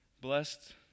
Blessed